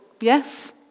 Yes